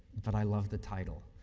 but i love the title,